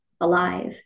alive